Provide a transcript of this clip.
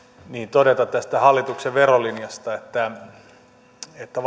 todeta tästä hallituksen verolinjasta että että